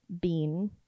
bean